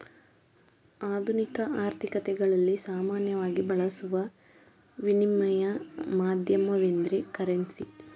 ಆಧುನಿಕ ಆರ್ಥಿಕತೆಗಳಲ್ಲಿ ಸಾಮಾನ್ಯವಾಗಿ ಬಳಸುವ ವಿನಿಮಯ ಮಾಧ್ಯಮವೆಂದ್ರೆ ಕರೆನ್ಸಿ